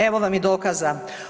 Evo vam i dokaza.